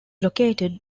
located